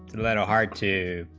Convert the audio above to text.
little hard to